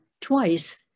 twice